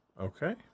Okay